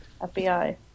FBI